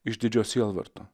iš didžio sielvarto